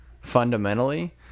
fundamentally